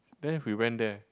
then we went there